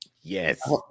Yes